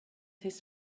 his